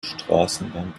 straßenbahn